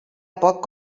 poc